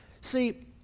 see